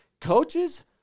coaches